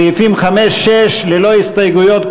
סעיפים 5 6 ללא הסתייגויות,